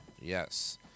Yes